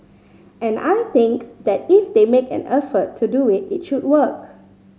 and I think that if they make an effort to do it it should work